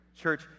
Church